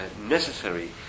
necessary